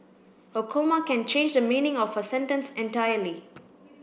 a comma can change the meaning of a sentence entirely